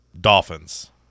Dolphins